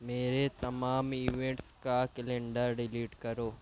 میرے تمام ایونٹس کا کیلنڈر ڈیلیٹ کرو